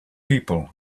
people